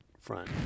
front